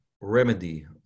remedy